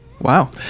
Wow